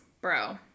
Bro